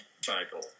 cycle